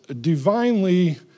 divinely